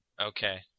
Okay